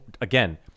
again